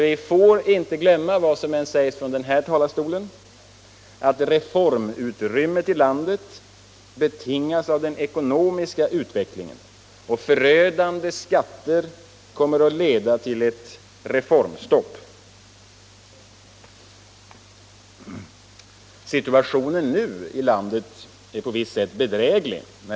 Vi får inte glömma, vad som än sägs från den här talarstolen, att reformutrymmet i landet betingas av den ekonomiska utvecklingen. Förödande skatter kommer att leda till ett reformstopp. Situationen nu i landet är på visst sätt bedräglig.